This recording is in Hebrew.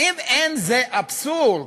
האם אין זה אבסורד?